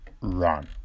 run